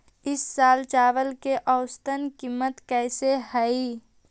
ई साल चावल के औसतन कीमत कैसे हई?